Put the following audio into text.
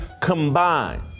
combined